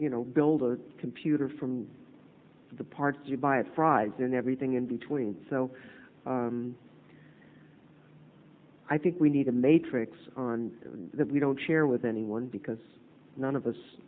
you know build a computer from the parts you buy of fries and everything in between so i think we need a matrix that we don't share with anyone because none of us